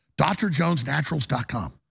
DrJonesNaturals.com